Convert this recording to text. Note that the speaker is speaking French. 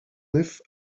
nef